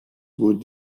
wurde